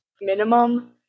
minimum